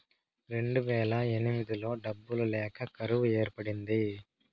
రెండువేల ఎనిమిదిలో డబ్బులు లేక కరువు ఏర్పడింది